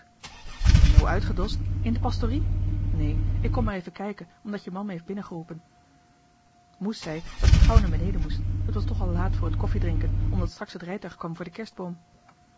zoo uitgedost in de pastorie nee ik kom maar even kijken omdat je man me heeft binnengeroepen moes zei dat ze gauw naar beneden moest t was toch al laat voor het koffiedrinken omdat straks het rijtuig kwam voor den kerstboom